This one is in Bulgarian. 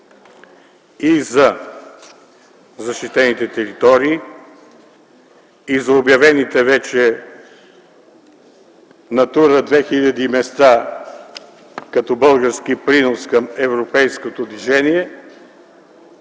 и за защитените територии, и за обявените вече в „Натура 2000” места като български принос към европейското движение.